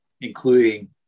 including